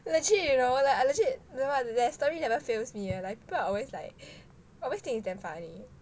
well actually you know like I legit don't know that story never fails me you know people are always like always think is damn funny